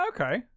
Okay